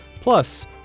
Plus